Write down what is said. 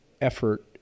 effort